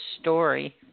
story